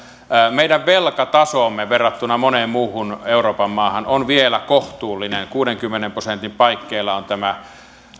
meidän velkatasomme verrattuna moneen muuhun euroopan maahan on vielä kohtuullinen kuudenkymmenen prosentin paikkeilla on tämä